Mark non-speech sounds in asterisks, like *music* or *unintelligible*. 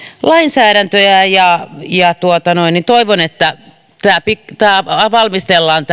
lainsäädäntöä ja ja toivon että tätä etämyyntisäädöstä valmistellaan *unintelligible*